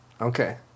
Okay